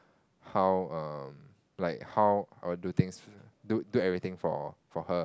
how um like how I will do things do do everything for for her